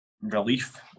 relief